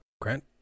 Grant